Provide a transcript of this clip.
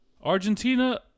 Argentina